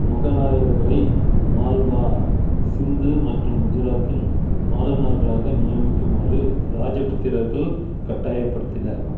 முகலாயர்களை மால்வா சிந்து மற்றும் குஜராத்தின் ஆளுநர்களாக நியமிக்குமாறு ராஜபுத்திரர்கள் கட்டாயப்படுத்தினர்